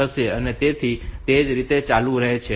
તેથી તે રીતે તે ચાલુ રહે છે